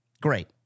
Great